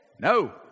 No